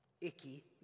icky